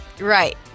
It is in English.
Right